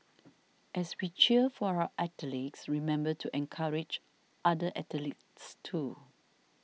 as we cheer for our athletes remember to encourage other athletes too